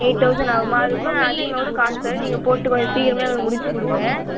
eight thousand ஆகுமா அதுக்குக்கூட நான் அதிகமாகக்கூட காசு தரேன் நீங்கள் போட்டு கொஞ்சம் சீக்கிரமே வந்து முடித்துக் கொடுங்க